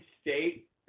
State